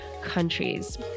countries